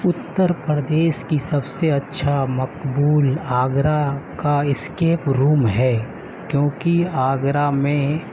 اتر پردیش کی سب سے اچھا مقبول آگرہ کا اسکیپ روم ہے کیوںکہ آگرہ میں